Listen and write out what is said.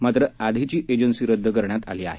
मात्र आधीची एजन्सी रद्द करण्यात आली आहे